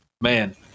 man